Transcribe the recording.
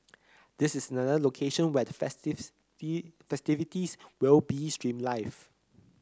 this is another location where the the festivities will be streamed live